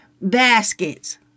baskets